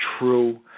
true